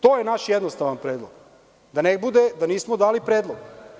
To je naš jednostavan predlog, da ne bude da nismo dali predlog.